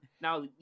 Now